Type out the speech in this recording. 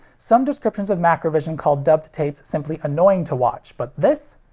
some descriptions of macrovision call dubbed tapes simply annoying to watch, but this?